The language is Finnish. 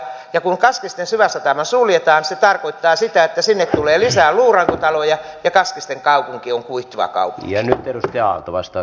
ja kun kaskisten syväsatama suljetaan se tarkoittaa sitä että sinne tulee lisää luurankotaloja ja kaskisten kaupunki on kuihtuva kaupunki